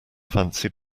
fancy